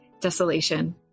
desolation